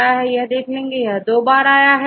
छात्र 22 डी दो बार है